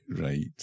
Right